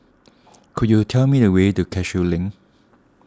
could you tell me the way to Cashew Link